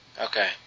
Okay